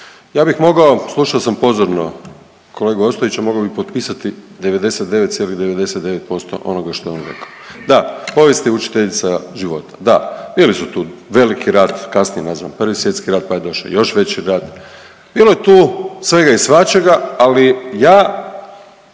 Ja bih mogao, slušao sam pozorno kolegu Ostojića, mogao bih potpisati 99,99% onoga što je on rekao. Da, povijest je učiteljica života. Da, bili su tu veliki rat, kasnije nazvan Prvi svjetski rat pa je došao još veći rat, bilo je tu svega i svačega, ali ja,